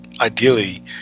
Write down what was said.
ideally